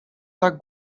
tak